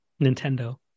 Nintendo